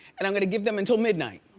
and i'm gonna give them until midnight.